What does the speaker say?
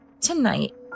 tonight